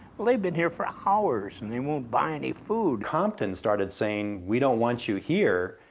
well, they've been here for hours and they won't buy any food. compton's started saying we don't want you here,